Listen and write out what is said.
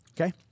okay